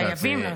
חייבים לעשות.